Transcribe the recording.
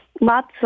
Lots